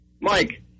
Mike